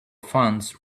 funds